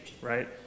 Right